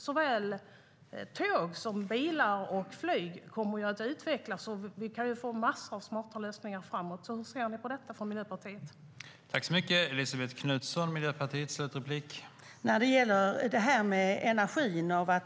Såväl tåg som bilar och flyg kommer att utvecklas, och vi kan få massor av smarta lösningar framöver. Hur ser ni i Miljöpartiet på detta?